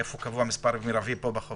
איפה קבוע המספר המרבי פה בחוק?